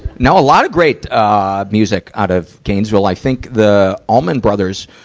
no, a lot of great, ah, music out of gainesville. i think the allman brothers,